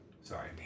Sorry